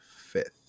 fifth